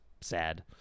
sad